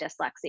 dyslexia